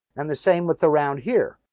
and the same with around here.